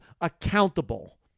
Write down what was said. accountable